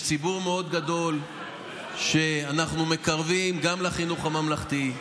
יש ציבור גדול מאוד שאנחנו מקרבים לחינוך הממלכתי.